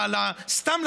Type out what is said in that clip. סתם,